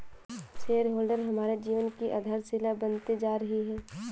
share holder हमारे जीवन की आधारशिला बनते जा रही है